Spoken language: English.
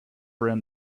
ran